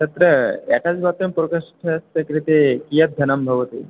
तत्र attach bathroom प्रकोष्ठस्य कृते कियद्धनं भवति